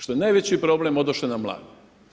Šta je najveći problem odoše nam mladi.